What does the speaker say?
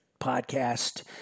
podcast